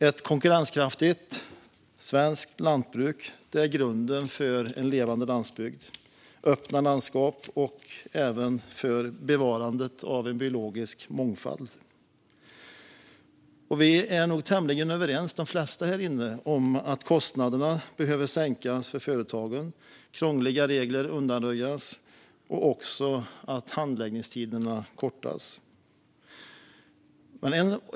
Ett konkurrenskraftigt svenskt lantbruk är grunden för en levande landsbygd, öppna landskap och bevarandet av biologisk mångfald. De flesta här inne är nog tämligen överens om att kostnaderna för företagen behöver sänkas, krångliga regler undanröjas och handläggningstiderna kortas.